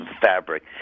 fabric